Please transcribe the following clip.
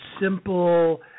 simple